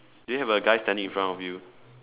do you have a guy standing in front of you